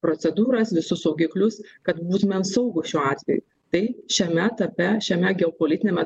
procedūras visus saugiklius kad būtumėm saugūs šiuo atveju taip šiame etape šiame geopolitiniame